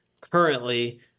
currently